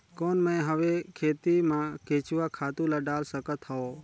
कौन मैं हवे खेती मा केचुआ खातु ला डाल सकत हवो?